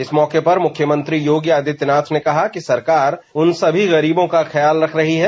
इस मौके पर मुख्यमंत्री योगी आदित्यनाथ ने कहा कि सरकार उन सभी गरीबों का ख्याल रख रही है